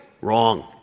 wrong